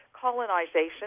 colonization